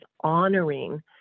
honoring